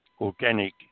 organic